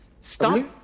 Stop